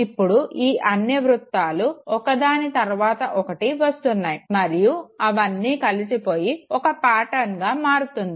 ఇప్పుడు ఈ అన్నీ వృత్తాలు ఒక దాని తరువాత ఒకటి వస్తున్నాయి మరియు అవి అన్నీ కలిసిపోయి ఒక పాటర్న్గా మారుతుంది